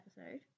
episode